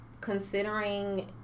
considering